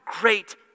great